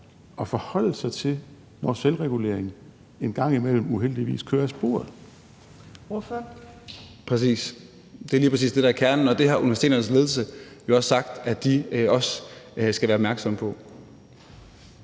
at forholde sig til, hvor selvreguleringen engang imellem uheldigvis kører af sporet.